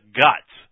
guts